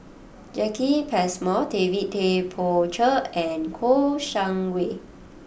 Jacki Passmore David Tay Poey Cher and Kouo Shang Wei